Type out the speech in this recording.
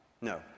no